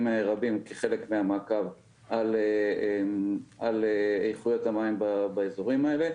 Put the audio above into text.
רבים כחלק מהמעקב על איכויות המים באזורים האלה,